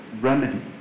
remedy